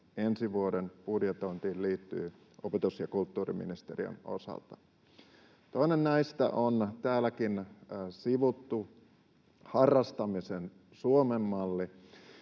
ensi vuoden budjetointiin opetus- ja kulttuuriministeriön osalta. Toinen näistä on täälläkin sivuttu Harrastamisen Suomen malli,